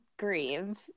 grieve